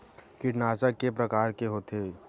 कीटनाशक के प्रकार के होथे?